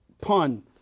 Pun